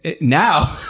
Now